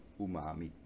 umami